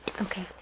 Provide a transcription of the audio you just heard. Okay